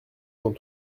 dans